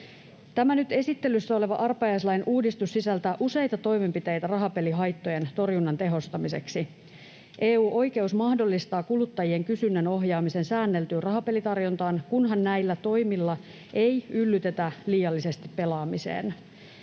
Tämä nyt esittelyssä oleva arpajaislain uudistus sisältää useita toimenpiteitä rahapelihaittojen torjunnan tehostamiseksi. EU-oikeus mahdollistaa kuluttajien kysynnän ohjaamisen säänneltyyn rahapelitarjontaan, kunhan näillä toimilla ei yllytetä liiallisesti pelaamiseen.